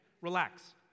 Relax